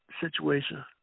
situation